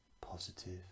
positive